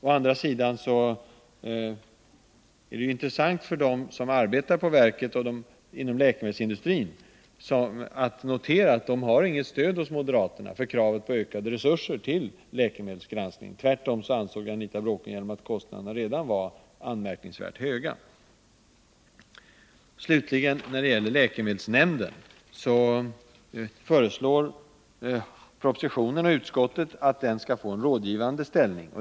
Å andra sidan är det intressant för dem som arbetar i verket och inom läkemedelsindustrin att notera att de inte har något stöd hos moderaterna för kravet på ökade resurser till läkemedelsgranskningen. Tvärtom ansåg Anita Bråkenhielm att kostnaderna redan var anmärkningsvärt höga. Slutligen föreslås i propositionen och utskottsbetänkandet att läkemedelsnämnden skall få en rådgivande ställning.